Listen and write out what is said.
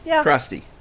Crusty